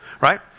right